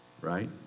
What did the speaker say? right